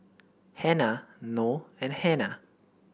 Hana Noh and Hana